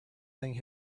thing